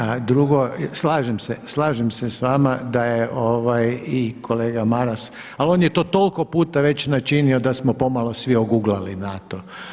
A drugo slažem se, slažem se sa vama da je i kolega Maras, ali on je to toliko puta već načinio da smo pomalo svi oguglali na to.